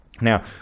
Now